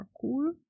cool